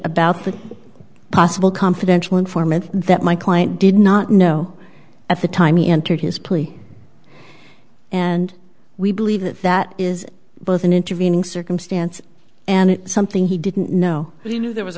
about the possible confidential informant that my client did not know at the time he entered his plea and we believe that that is both an intervening circumstance and something he didn't know he knew there was